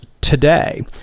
today